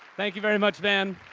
thank you very much, van.